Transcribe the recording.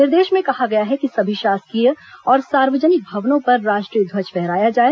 निर्देश में कहा गया है कि सभी शासकीय और सार्वजनिक भवनों पर राष्ट्रीय ध्वज फहराया जाए